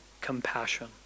compassion